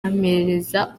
ampereza